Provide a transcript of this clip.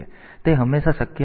તેથી તે હંમેશા શક્ય ન હોઈ શકે